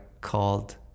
called